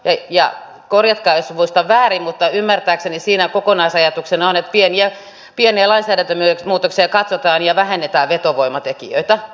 korjatkaa jos muistan väärin mutta ymmärtääkseni siinä kokonaisajatuksena on että pieniä lainsäädäntömuutoksia katsotaan ja vähennetään vetovoimatekijöitä